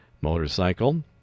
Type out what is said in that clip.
motorcycle